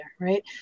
right